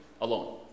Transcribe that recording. alone